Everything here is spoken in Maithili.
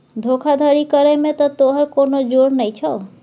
धोखाधड़ी करय मे त तोहर कोनो जोर नहि छौ